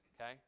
okay